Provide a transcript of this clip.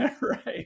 right